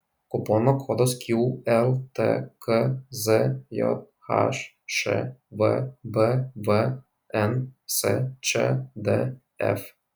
kupono kodas qltk zjhš vbvn sčdf